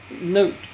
Note